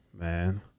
man